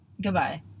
goodbye